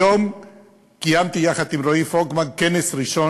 היום קיימתי יחד עם רועי פולקמן כנס ראשון